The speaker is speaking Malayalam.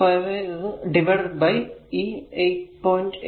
70a അത് ഡിവൈഡഡ് ബൈ a8